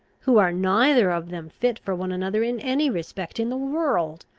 who are neither of them fit for one another in any respect in the world.